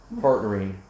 partnering